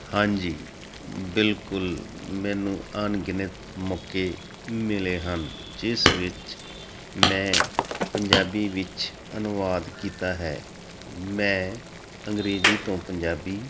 ਹਾਂਜੀ ਬਿਲਕੁਲ ਮੈਨੂੰ ਅਣਗਿਣਤ ਮੌਕੇ ਮਿਲੇ ਹਨ ਜਿਸ ਵਿੱਚ ਮੈਂ ਪੰਜਾਬੀ ਵਿੱਚ ਅਨੁਵਾਦ ਕੀਤਾ ਹੈ ਮੈਂ ਅੰਗਰੇਜ਼ੀ ਤੋਂ ਪੰਜਾਬੀ